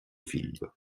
figlio